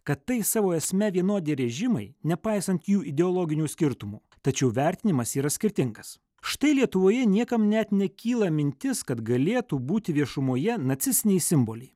kad tai savo esme vienodi režimai nepaisant jų ideologinių skirtumų tačiau vertinimas yra skirtingas štai lietuvoje niekam net nekyla mintis kad galėtų būti viešumoje nacistiniai simboliai